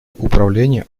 управление